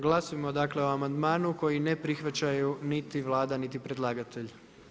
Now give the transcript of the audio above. Glasujmo o amandmanu koji ne prihvaćaju niti Vlada niti predlagatelj.